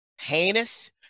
heinous